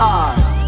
eyes